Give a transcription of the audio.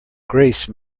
grace